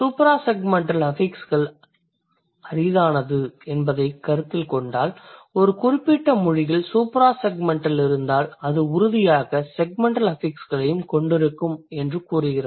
suprasegmental அஃபிக்ஸ்கள் அரிதானது என்பதைக் கருத்தில் கொண்டால் ஒரு குறிப்பிட்ட மொழியில் சூப்ராசெக்மெண்டல் இருந்தால் அது உறுதியாக செக்மெண்டல் அஃபிக்ஸ்களையும் கொண்டிருக்கும் என்று கூறுகிறது